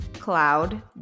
Cloud